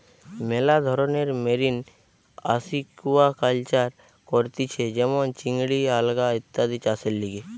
মেলা ধরণের marine aquaculture করতিছে যেমন চিংড়ি, আলগা ইত্যাদি চাষের লিগে